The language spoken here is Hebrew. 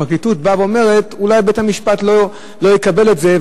הפרקליטות באה ואומרת: אולי בית-המשפט לא יקבל את זה,